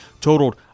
totaled